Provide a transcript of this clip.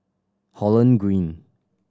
Holland Green